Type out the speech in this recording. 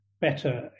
better